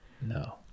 no